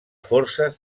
forces